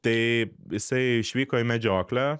tai jisai išvyko į medžioklę